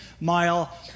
mile